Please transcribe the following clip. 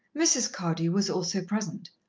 mrs. cardew was also present.